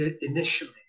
initially